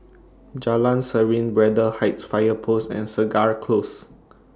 Jalan Serene Braddell Heights Fire Post and Segar Close